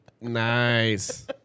Nice